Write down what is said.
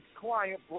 client